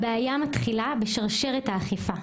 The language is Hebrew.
הבעיה מתחילה בשרשרת האכיפה.